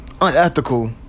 unethical